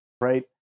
right